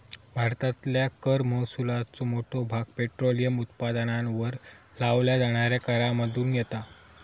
भारतातल्या कर महसुलाचो मोठो भाग पेट्रोलियम उत्पादनांवर लावल्या जाणाऱ्या करांमधुन येता